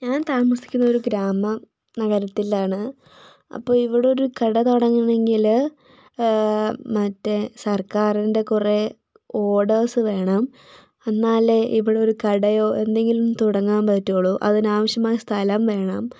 ഞാൻ താമസിക്കുന്നത് ഒരു ഗ്രാമ നഗരത്തിലാണ് അപ്പോൾ ഇവിടെ ഒരു കട തുടങ്ങണെങ്കിൽ മറ്റേ സർക്കാരിൻ്റെ കുറേ ഒഡേഴ്സ് വേണം എന്നാലേ ഇവിടൊരു കടയോ എന്തെങ്കിലും തുടങ്ങാൻ പറ്റുള്ളൂ അതിനാവശ്യമായ സ്ഥലം വേണം